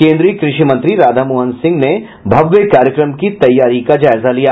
केन्द्रीय कृषि मंत्री राधामोहन सिंह ने भव्य कार्यक्रम की तैयारी का जायजा लिया